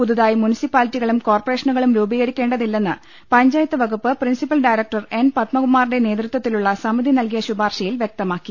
പുതുതായി മുനിസിപ്പാലിറ്റി കളും കോർപ്പറേഷനുകളും രൂപീകരിക്കേണ്ടതില്ലെന്ന് പഞ്ചായത്ത് വകുപ്പ് പ്രിൻസിപ്പൽ ഡയറക്ടർ എൻ പത്മകുമാറിന്റെ നേതൃത്വ ത്തിലുള്ള സമിതി നൽകിയ ശുപാർശയിൽ വൃക്തമാക്കി